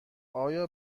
آیا